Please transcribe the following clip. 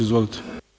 Izvolite.